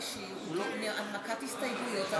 הנמקת הסתייגויות.